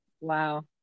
Wow